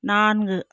நான்கு